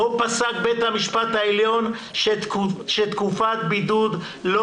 בו פסק בית המשפט העליון שתקופת בידוד לא